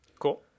Cool